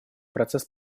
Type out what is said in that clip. процесс